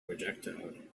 projectile